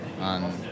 on